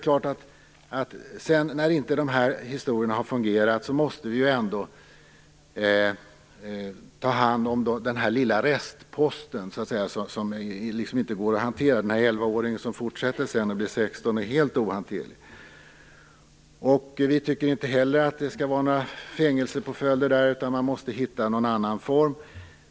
När dessa historier inte har fungerat måste vi ta hand om den lilla restposten, som liksom inte går att hantera. Jag tänker på 11-åringen som fortsätter och blir 16 år och helt ohanterlig. Vi tycker inte heller att det skall vara några fängelsepåföljder. Man måste hitta någon annan form.